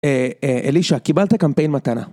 אלישה, קיבלת קמפיין מתנה.